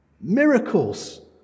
Miracles